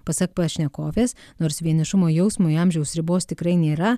pasak pašnekovės nors vienišumo jausmui amžiaus ribos tikrai nėra